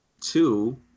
two